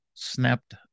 snapped